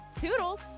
Toodles